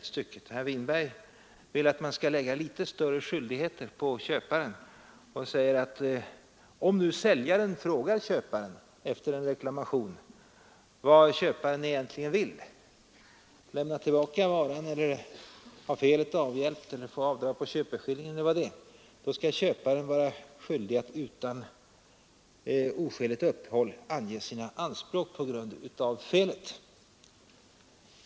Han vill i sin reservation att man skall lägga litet större skyldigheter på köparen och säger att om säljaren efter en reklamation frågar köparen vad köparen egentligen vill — lämna tillbaka varan, ha felet avhjälpt eller få avdrag på köpeskillingen — skall köparen vara skyldig att utan oskäligt uppehåll ange sina anspråk på grund av felet.